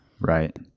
Right